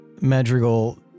Madrigal